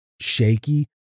shaky